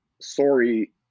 sorry